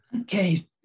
Okay